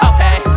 Okay